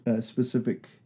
specific